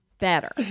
better